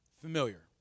familiar